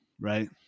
right